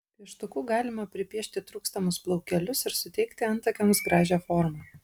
pieštuku galima pripiešti trūkstamus plaukelius ir suteikti antakiams gražią formą